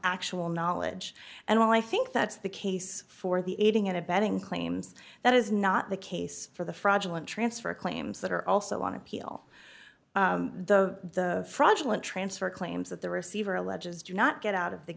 actual knowledge and i think that's the case for the aiding and abetting claims that is not the case for the fraudulent transfer claims that are also want to appeal the fraudulent transfer claims that the receiver alleges do not get out of the